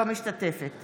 אינה משתתפת